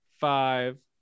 five